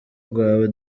rwawe